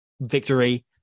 victory